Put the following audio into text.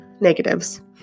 negatives